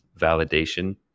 Validation